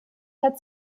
hat